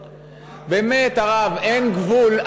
באמת, הרב, אין גבול?